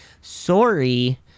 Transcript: sorry